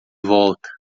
volta